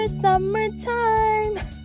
summertime